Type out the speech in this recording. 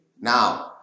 Now